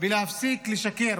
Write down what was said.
ולהפסיק לשקר.